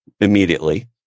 immediately